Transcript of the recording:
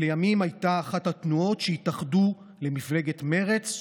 שלימים הייתה אחת התנועות שהתאחדו למפלגת מרצ,